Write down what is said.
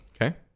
okay